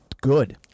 good